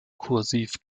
kursiv